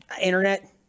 Internet